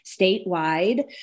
statewide